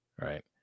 right